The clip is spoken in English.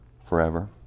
Forever